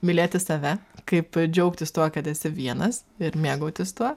mylėti save kaip džiaugtis tuo kad esi vienas ir mėgautis tuo